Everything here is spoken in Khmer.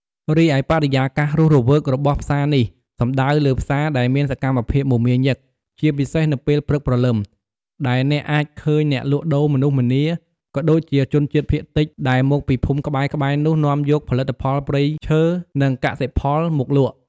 រីឯបរិយាកាសរស់រវើករបស់ផ្សារនេះ សំដៅលើផ្សារដែលមានសកម្មភាពមមាញឹក ជាពិសេសនៅពេលព្រឹកព្រលឹម ដែលអ្នកអាចឃើញអ្នកលក់ដូរ មនុស្សម្នា ក៏ដូចជាជនជាតិភាគតិចដែលមកពីភូមិក្បែរៗនោះ នាំយកផលិតផលព្រៃឈើ និងកសិផលមកលក់។